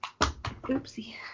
oopsie